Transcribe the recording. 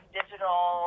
digital